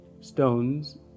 stones